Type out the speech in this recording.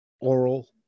oral